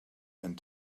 and